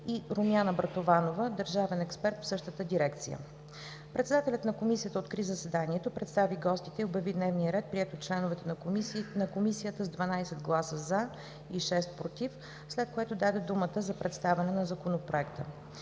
и Румяна Братованова – държавен експерт в същата дирекция. Председателят на Комисията откри заседанието, представи гостите и обяви дневния ред, приет от членовете на комисията с 12 гласа „за“ и 6 „против“, след което даде думата за представяне на Законопроекта.